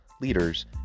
leaders